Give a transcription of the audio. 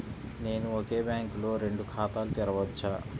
నేను ఒకే బ్యాంకులో రెండు ఖాతాలు తెరవవచ్చా?